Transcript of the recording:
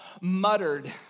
muttered